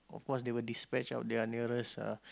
of course they will dispatch out their nearest uh